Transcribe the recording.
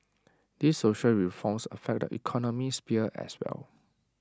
these social reforms affect the economic sphere as well